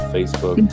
Facebook